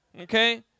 okay